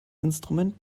instrument